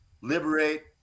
liberate